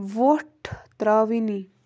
وۄٹھ ترٛاوٕنی